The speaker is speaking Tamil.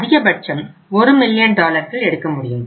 அதிகபட்சம் ஒரு மில்லியன் டாலர்கள் எடுக்க முடியும்